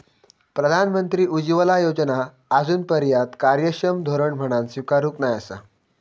प्रधानमंत्री उज्ज्वला योजना आजूनपर्यात कार्यक्षम धोरण म्हणान स्वीकारूक नाय आसा